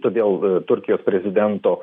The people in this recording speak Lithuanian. todėl turkijos prezidento